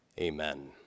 Amen